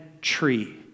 tree